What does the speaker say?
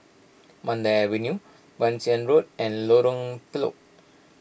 Mandai Avenue Bassein Road and Lorong Telok